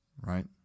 Right